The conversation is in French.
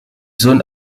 zone